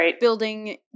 building